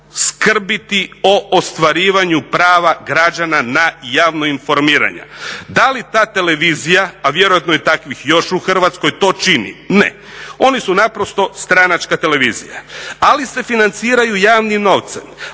skrbiti o ostvarivanju prava građana na javna informiranja. Da li ta televizija a vjerojatno je takvih još u Hrvatskoj to čini? Ne. Oni su naprosto stranačka televizija ali se financiraju javnim novcem